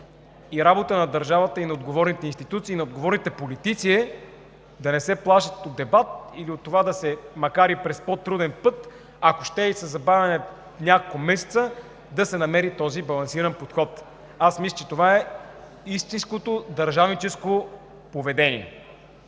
Работа на държавата, на отговорните институции, на отговорните политици е да не се плашат от дебат или от по-труден път, ако ще и със забавяне няколко месеца, за да се намери този балансиран подход. Мисля, че това е истинското държавническо поведение.